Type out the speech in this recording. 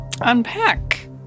Unpack